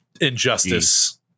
Injustice